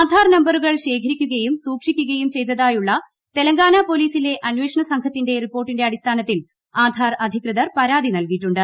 ആധാർ നമ്പറുകൾ ഒരു ശേഖരിക്കുകയും സൂക്ഷിക്കുകയും ചെയ്തതായുള്ള തെലങ്കാന പൊലീസിലെ അന്വേഷണസംഘത്തിന്റെ റിപ്പോർട്ടിന്റെ അടിസ്ഥാനത്തിൽ ആധാർ അധികൃതർ പരാതി നൽകിയിട്ടുണ്ട്